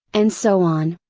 and so on.